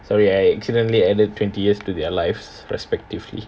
sorry I accidentally added twenty years to their lives respectively